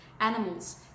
Animals